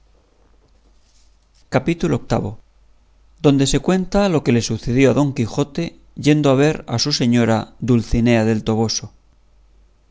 capítulo viii donde se cuenta lo que le sucedió a don quijote yendo a ver su señora dulcinea del toboso